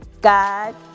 God